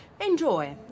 Enjoy